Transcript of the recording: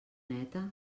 neta